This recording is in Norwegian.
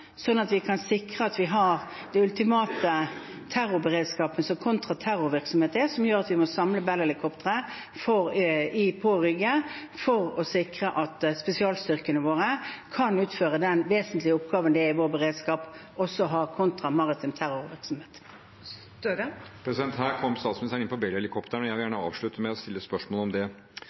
at vi kan sikre at vi har den ultimate terrorberedskapen, som kontraterrorvirksomhet er, som gjør at vi må samle Bell-helikoptre på Rygge for å sikre at spesialstyrkene våre kan utføre den vesentlige oppgaven det er i vår beredskap å ha maritim kontraterrorvirksomhet. Jonas Gahr Støre – til oppfølgingsspørsmål. Her kom statsministeren inn på Bell-helikoptrene, og jeg vil gjerne avslutte med å stille spørsmål om det.